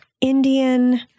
Indian